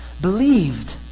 believed